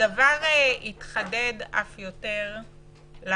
הדבר התחדד אף יותר לאחרונה,